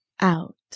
out